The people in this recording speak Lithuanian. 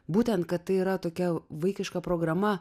būtent kad tai yra tokia vaikiška programa